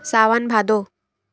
सावन भादो